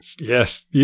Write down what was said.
Yes